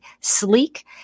sleek